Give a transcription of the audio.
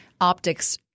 optics